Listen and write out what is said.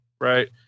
right